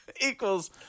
equals